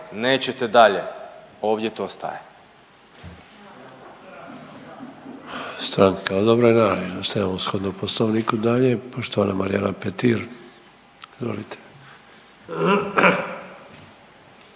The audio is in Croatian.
nećete dalje ovdje to staje.